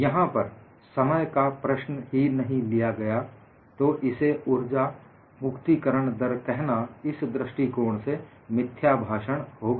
यहां पर समय का प्रश्न ही नहीं लिया गया तो इसे ऊर्जा मुक्ति करण दर कहना इस दृष्टिकोण से मिथ्या भाषण होगा